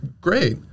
great